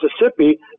Mississippi